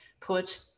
put